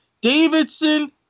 Davidson